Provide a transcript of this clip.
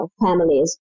families